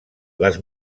les